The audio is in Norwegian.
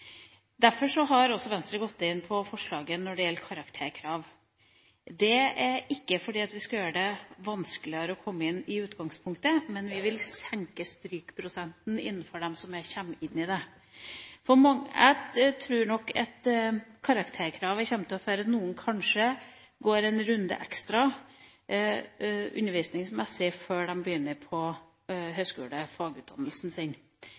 gjelder karakterkrav. Det er ikke fordi vi skal gjøre det vanskeligere å komme inn i utgangspunktet, men vi vil senke strykprosenten blant dem som kommer inn. Jeg tror at karakterkravene kommer til å føre til at noen undervisningsmessig kanskje går en ekstra runde før de begynner på høyskole-/fagutdannelsen sin.